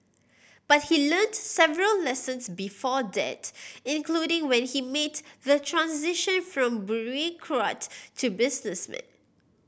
but he learnt several lessons before that including when he made the transition from bureaucrat to businessman